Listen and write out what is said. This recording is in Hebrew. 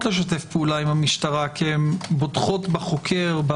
לשתף פעולה עם המשטרה כי הן בוטחות בחוקר,